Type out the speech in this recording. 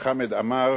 חמד עמאר,